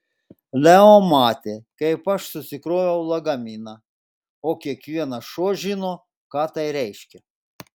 leo matė kaip aš susikroviau lagaminą o kiekvienas šuo žino ką tai reiškia